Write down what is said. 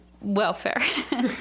welfare